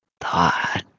thought